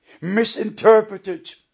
misinterpreted